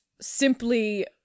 simply-